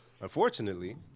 unfortunately